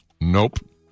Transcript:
Nope